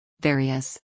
Various